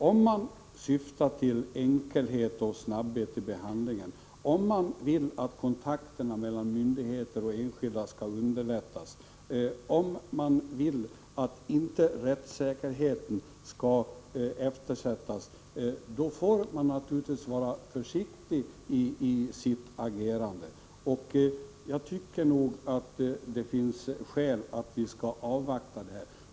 Om man syftar till enkelhet och snabbhet vid behandlingen, om man vill att kontakterna mellan myndigheter och enskilda skall underlättas, om man vill att rättssäkerheten inte skall eftersättas, då måste man naturligtvis vara försiktig i sitt agerande. Jag tycker nog att det finns skäl att avvakta.